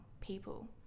people